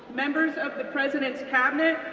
members of the president's cabinet,